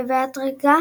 ובהדרגה